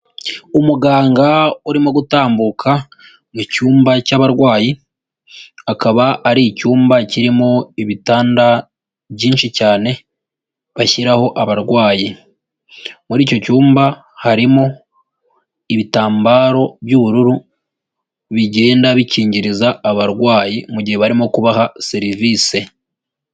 Umuganga urimo gutambuka mu cyumba cy'abarwayi, akaba ari icyumba kirimo ibitanda byinshi cyane bashyiraho abarwayi, muri icyo cyumba harimo ibitambaro by'ubururu bigenda bikingiriza abarwayi mu gihe barimo kubaha serivisi.